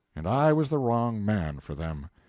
and i was the wrong man for them.